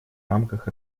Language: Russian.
рамках